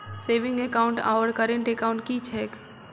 Saving account आओर current account की छैक?